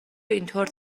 اینطور